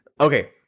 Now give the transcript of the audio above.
Okay